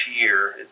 year